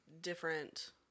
different